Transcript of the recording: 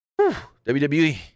WWE